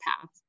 path